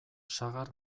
sagar